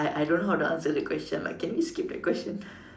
I I don't know how to answer the question lah can you skip the question